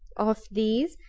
of these,